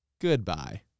Goodbye